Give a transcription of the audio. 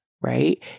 right